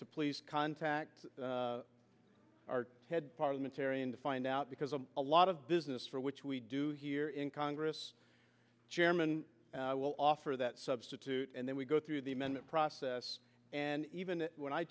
to please contact our head parliamentarian to find out because a lot of business for which we do here in congress chairman i will offer that substitute and then we go through the amendment process and even when i